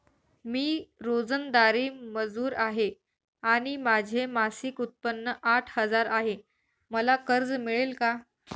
मी रोजंदारी मजूर आहे आणि माझे मासिक उत्त्पन्न आठ हजार आहे, मला कर्ज मिळेल का?